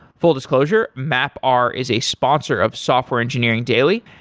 full disclosure, mapr is a sponsor of software engineering daily.